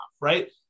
right